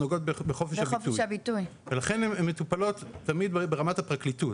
נוגעות בחופש הביטוי ולכן הן מטופלות תמיד ברמת הפרקליטות,